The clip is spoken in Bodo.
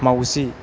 माउजि